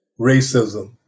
racism